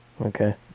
Okay